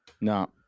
No